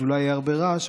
אז אולי יהיה הרבה רעש,